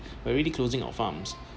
but really closing of farms